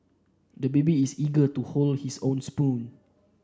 the baby is eager to hold his own spoon